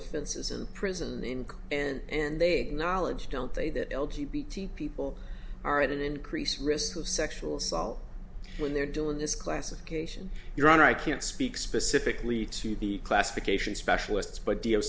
offenses and prison in and they knowledge don't they that people are at an increased risk of sexual assault when they're doing this classification your honor i can't speak specifically to the classification specialists but d o